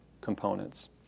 components